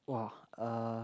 !wah! uh